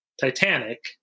titanic